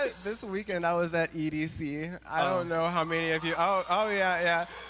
this weekend i was at edc. i don't know how many of you ah ah yeah yeah.